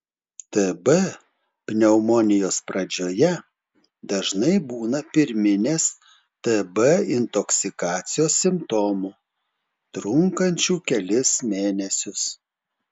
tb pneumonijos pradžioje dažnai būna pirminės tb intoksikacijos simptomų trunkančių kelis mėnesius